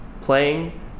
playing